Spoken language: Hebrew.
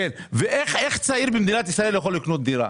איך צעיר במדינת ישראל יכול לקנות דירה,